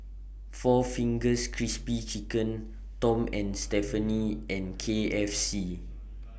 four Fingers Crispy Chicken Tom and Stephanie and K F C